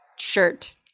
Shirt